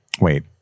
Wait